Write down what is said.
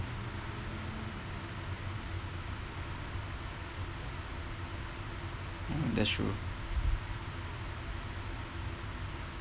mm that's true